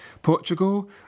Portugal